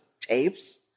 tapes